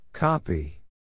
Copy